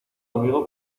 conmigo